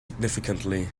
significantly